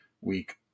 week